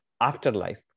afterlife